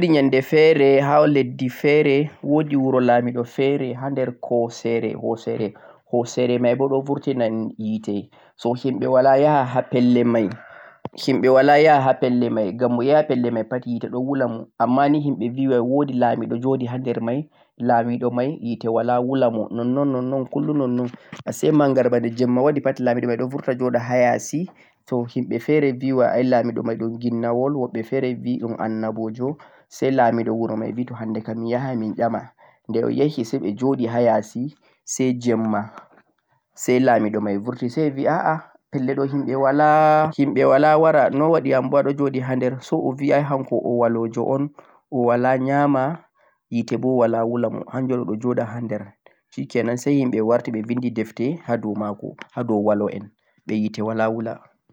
woodi nyannde feere, ha leddi feere, woodi laamiiɗo feere haa nder koosere, hoosere may boo ɗo burtina hiite. so say himɓe walaa yaha ha pelle may ngqam mo yahi a pelle may pat hiite ɗo wulamo ammaaa ni himɓe bi way woodi laamiiɗo joɗi haa nder may, laamiiɗo may hiite walaa wulamo nonnon nonnon 'kullum' nonnon ase manngariba de jeemma waɗi pat laamiiɗo may ɗo burta joɗa haa yaasi to himɓe feere bi way ay laamiiɗo may ɗo ɗum ginnawol, hoɓɓe feere bi ɗum annabojo say laamiiɗo wuro may bi to hannde kam mi yahay min ƴama de o yahi say o joɗi haa yaasi say jeemma say laamiiɗo may burti say ɓe bi a a pelle ɗo himɓe walaa wara noy waɗi an bo a ɗo joɗi haa nder say o bi ay hanko o walojo un, o walaa ƴama hiite bo walaa wulamo hannjum on o ɗo joɗa haa nder 'shikenan' say himɓe warti ɓe binndi depte ha dow maako ha dow waloen ɓe hiite walaa wula.